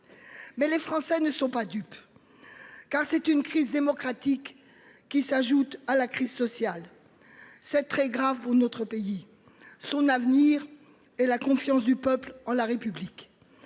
Mais les Français ne sont pas dupes. Car c'est une crise démocratique qui s'ajoute à la crise sociale. C'est très grave pour notre pays. Son avenir et la confiance du peuple ont la République.